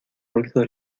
ruido